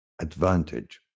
Advantage